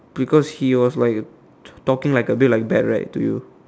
because he was like talking like a bit like bad right to you